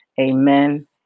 Amen